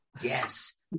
Yes